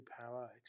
power